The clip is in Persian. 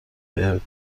بهت